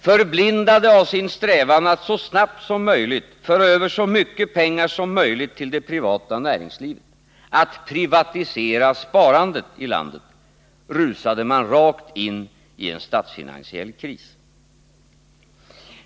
Förblindade av sin strävan att så snabbt som möjligt föra över så mycket pengar som möjligt till det privata näringslivet, att privatisera sparandet i landet, rusade man rakt in i en statsfinansiell kris.